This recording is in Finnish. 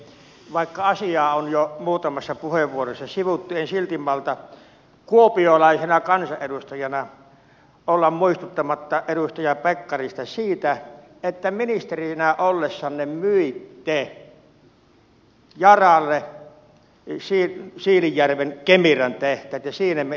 vaikka asiaa on jo muutamassa puheenvuorossa sivuttu en silti malta kuopiolaisena kansanedustajana olla muistuttamatta edustaja pekkarista siitä että ministerinä ollessanne myitte yaralle siilinjärven kemiran tehtaat ja siinä sivussa meni myös sokli